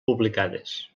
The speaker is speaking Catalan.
publicades